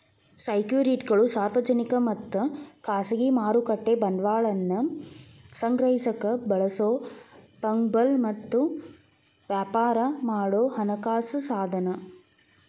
ಸೆಕ್ಯುರಿಟಿಗಳು ಸಾರ್ವಜನಿಕ ಮತ್ತ ಖಾಸಗಿ ಮಾರುಕಟ್ಟೆ ಬಂಡವಾಳವನ್ನ ಸಂಗ್ರಹಿಸಕ ಬಳಸೊ ಫಂಗಬಲ್ ಮತ್ತ ವ್ಯಾಪಾರ ಮಾಡೊ ಹಣಕಾಸ ಸಾಧನ